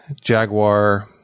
jaguar